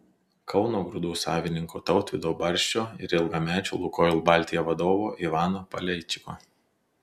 kauno grūdų savininko tautvydo barščio ir ilgamečio lukoil baltija vadovo ivano paleičiko